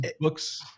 books